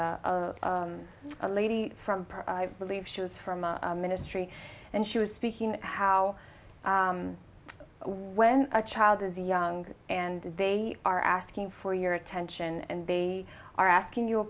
a lady from i believe she was from a ministry and she was speaking how when a child is young and they are asking for your attention and they are asking you